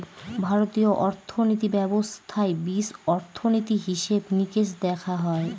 ভারতীয় অর্থনীতি ব্যবস্থার বীজ অর্থনীতি, হিসেব নিকেশ দেখা হয়